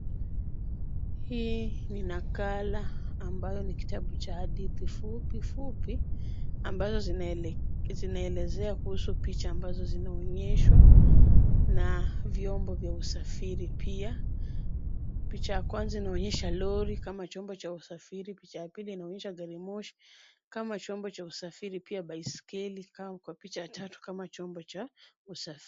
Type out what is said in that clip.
Hii ni nakala ambayo ni kitabu cha hadithi fupifupi ambazo zinaelezea kuhusu picha ambazo zinaonyeshwa na vyombo vya usafiri pia. Picha ya kwanza inaonyesha lori kama chombo cha usafiri, picha ya pili inaonyesha gari moshi kama chombo cha usafiri pia baiskeli katika picha ya tatu kama chombo cha usafiri.